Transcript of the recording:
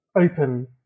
open